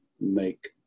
make